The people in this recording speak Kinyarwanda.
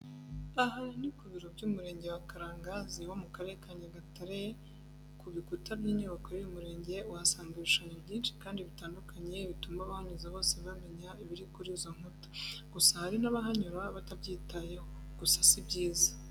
Aha ni ku biro by'Umurenge wa Karangazi wo mu Karere ka Nyagatare. Ku bikuta by'inyubako y'uyu murenge uhasanga ibishushanyo byinshi kandi bitandukanye bituma abahanyuze bose bamenya ibiri kuri izo nkuta. Gusa hari n'abahanyura batabyitayeho, gusa si byiza.